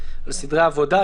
סדרי העבודה,